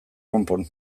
konpon